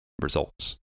results